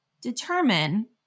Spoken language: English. determine